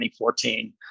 2014